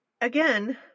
Again